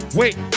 wait